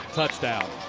touchdown.